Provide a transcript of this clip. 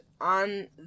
on